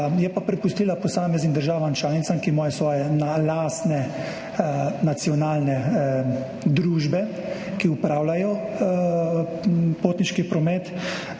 Je pa prepustila posameznim državam članicam, ki imajo svoje lastne nacionalne družbe, ki opravljajo potniški promet.